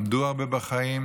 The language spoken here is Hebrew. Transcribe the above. למדו הרבה בחיים.